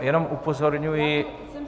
Jenom upozorňuji...